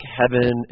heaven